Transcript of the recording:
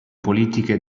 politiche